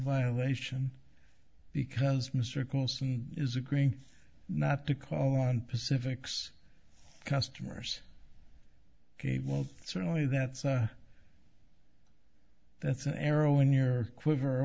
violation because mr colson is agreeing not to call on pacific's customers ok well certainly that's that's an arrow in your quiver or